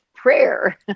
prayer